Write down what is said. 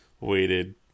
waited